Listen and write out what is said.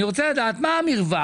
אני רוצה לדעת מה המרווח